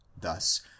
Thus